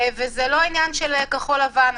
וזה לא עניין של כחול לבן,